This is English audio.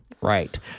Right